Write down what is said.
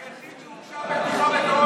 היחיד שהורשע בתמיכה בטרור זה,